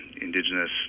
indigenous